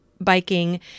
biking